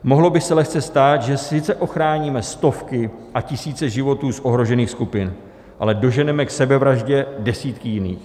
Mohlo by se lehce stát, že sice ochráníme stovky a tisíce životů z ohrožených skupin, ale doženeme k sebevraždě desítky jiných.